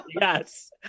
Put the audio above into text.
Yes